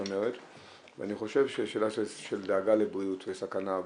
אומרת ואני חושב שיש שאלה של דאגה לבריאות וסכנה,